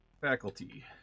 faculty